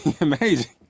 amazing